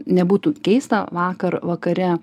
nebūtų keista vakar vakare